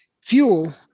fuel